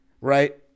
Right